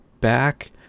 back